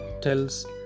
tells